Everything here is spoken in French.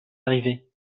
arrivée